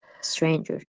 stranger